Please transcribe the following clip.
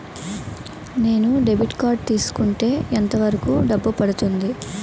నేను debit card తీసుకుంటే ఎంత వరకు డబ్బు పడుతుంది?